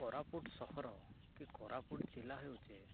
କୋରାପୁଟ ସହର କି କୋରାପୁଟ ଜିଲ୍ଲା ହେଉଛେ